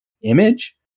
image